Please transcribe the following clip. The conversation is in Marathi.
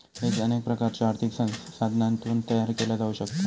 हेज अनेक प्रकारच्यो आर्थिक साधनांतून तयार केला जाऊ शकता